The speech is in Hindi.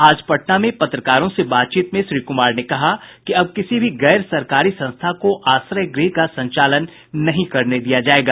आज पटना में पत्रकारों से बातचीत में श्री कुमार ने कहा अब किसी भी गैर सरकारी संस्था को आश्रय गृह का संचालन नहीं करने दिया जाएगा